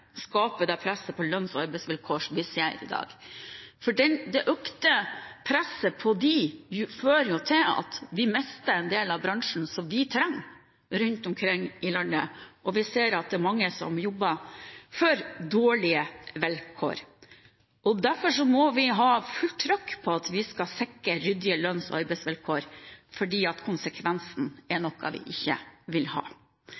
det presset på lønns- og arbeidsvilkår som vi ser i dag. Det økte presset fører jo til at vi mister en del av bransjen som vi trenger rundt omkring i landet, og vi ser at det er mange som jobber under for dårlige vilkår. Derfor må vi ha fullt trøkk for å sikre ryddige lønns- og arbeidsvilkår, for konsekvensen av det motsatte er noe vi ikke vil ha.